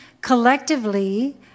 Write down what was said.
collectively